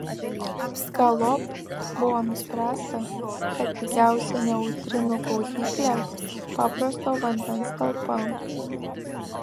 galop buvo nuspręsta kad pigiausia neutrinų gaudyklė paprasto vandens talpa